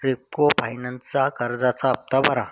रेप्को फायनान्सचा कर्जाचा हप्ता भरा